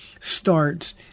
starts